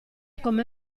come